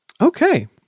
Okay